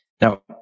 Now